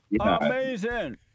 Amazing